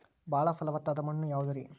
ಬಾಳ ಫಲವತ್ತಾದ ಮಣ್ಣು ಯಾವುದರಿ?